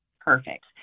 Perfect